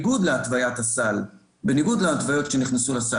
בניגוד להתוויות שנכנסו לסל,